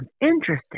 Interesting